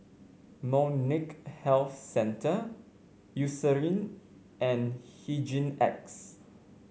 molnylcke health centre Eucerin and Hygin X